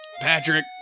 Patrick